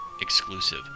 Exclusive